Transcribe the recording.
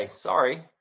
sorry